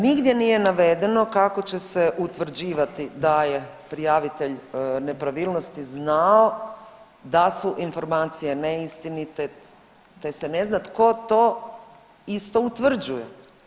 Nigdje nije navedeno kako će se utvrđivati da je prijavitelj nepravilnosti znao da su informacije neistinite, te se ne zna tko to isto utvrđuje.